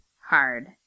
hard